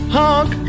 honk